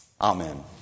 Amen